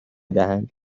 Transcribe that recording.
دهند